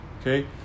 okay